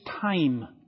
time